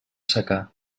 secà